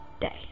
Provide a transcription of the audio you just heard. day